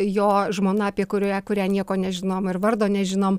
jo žmona apie kurią kurią nieko nežinom ir vardo nežinom